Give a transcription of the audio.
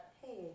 hey